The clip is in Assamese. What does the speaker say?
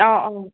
অঁ অঁ